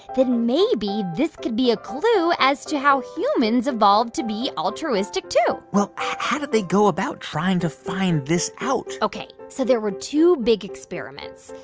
then maybe this could be a clue as to how humans evolved to be altruistic, too well, how did they go about trying to find this out? ok. so there were two big experiments.